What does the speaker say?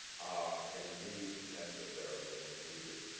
are indeed necessarily and needed.